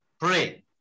pray